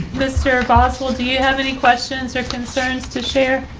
mr. boswell, do you have any questions or concerns to share?